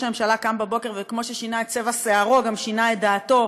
הממשלה קם בבוקר וכמו ששינה את צבע שערו גם שינה את דעתו,